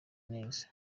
neza